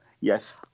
Yes